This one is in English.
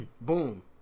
boom